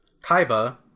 Kaiba